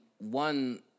one